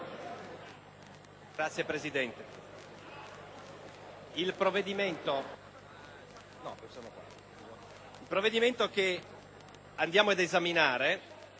Signor Presidente, il provvedimento che andiamo ad esaminare